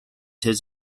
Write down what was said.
his